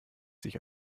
sich